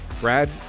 Brad